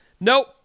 nope